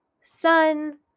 sun